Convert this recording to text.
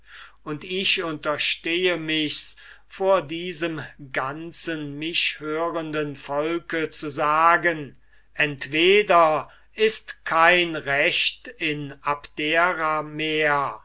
und ich unterstehe michs vor diesem ganzen mich hörenden volke zu sagen entweder ist kein recht in abdera mehr